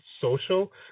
Social